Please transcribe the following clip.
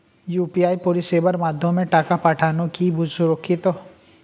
UPI পরিষেবার মাধ্যমে টাকা পাঠানো কি সুরক্ষিত?